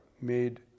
made